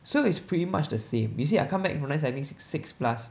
so it's pretty much the same you see ah I'll come back from night cycling six six plus